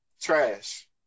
trash